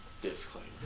disclaimer